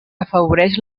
afavoreix